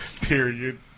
period